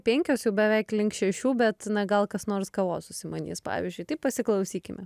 penkios jau beveik link šešių bet na gal kas nors kavos užsimanys pavyzdžiui taip pasiklausykime